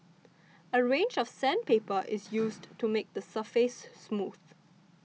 a range of sandpaper is used to make the surface smooth